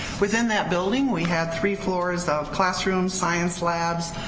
within that building we have three floors of classrooms, science labs,